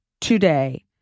today